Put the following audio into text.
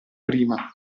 prima